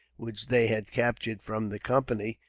which they had captured from the company,